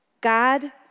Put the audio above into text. God